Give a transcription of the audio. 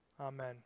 Amen